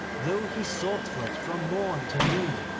though he sought for it from morn to noon,